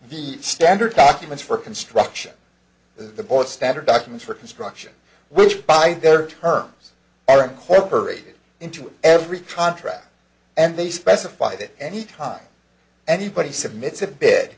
the standard documents for construction the board standard documents for construction which by their terms are incorporated into every contract and they specify that any time anybody submit to